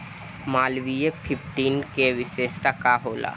Malviya fifteen के विशेषता का होला?